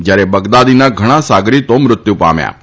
જ્યારે બગદાદીના ઘણા સાગરીતો મૃત્યુ પામ્યા હતા